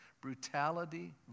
brutality